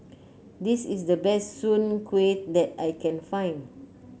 this is the best Soon Kueh that I can find